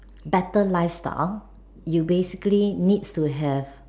better lifestyle you basically need to have